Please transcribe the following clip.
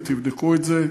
ותבדקו את זה.